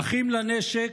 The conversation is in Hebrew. "אחים לנשק"